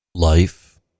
life